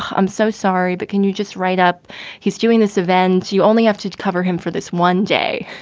i'm so sorry, but can you just write up he's doing this event. you only have to to cover him for this one day.